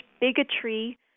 bigotry